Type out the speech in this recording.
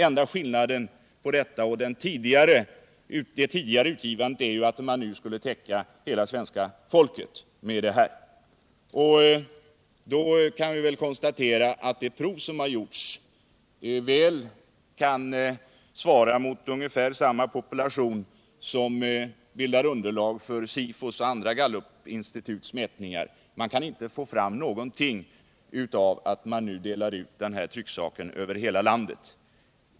Enda skillnaden mellan detta och det tidigare utgivandet är att trycksaken skulle nu nå hela svenska folket. Då kan vi väl konstatera att de prov som gjorts väl kan svara mot ungefär samma population som bildar underlag för SIFO:s och andra gallupinstituts mätningar. Man kan inte få fram någonting med att nu dela ut denna trycksak över hela landet.